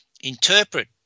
Interpret